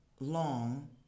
long